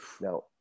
Now